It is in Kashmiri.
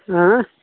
آ